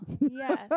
Yes